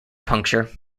puncture